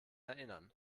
erinnern